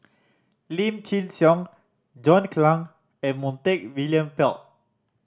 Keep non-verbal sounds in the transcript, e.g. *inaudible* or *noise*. Lim Chin Siong John Clang and Montague William *unintelligible*